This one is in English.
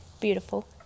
Beautiful